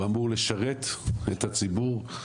אמור לשרת את הציבור,